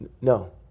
No